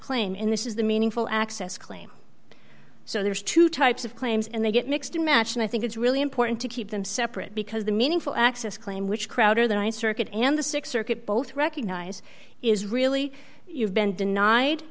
claim in this is the meaningful access claim so there's two types of claims and they get mixed to match and i think it's really important to keep them separate because the meaningful access claim which crowder that i circuit and the th circuit both recognize is really you've been denied